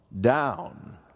down